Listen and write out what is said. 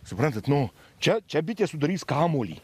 suprantat nu čia čia bitės sudarys kamuolį